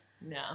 No